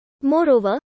Moreover